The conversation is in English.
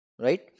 right